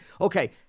Okay